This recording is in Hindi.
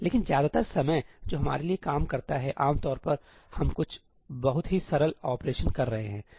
लेकिन ज्यादातर समय जो हमारे लिए काम करता है आमतौर पर हम कुछ बहुत ही सरल ऑपरेशन कर रहे हैंठीक